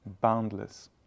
boundless